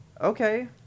Okay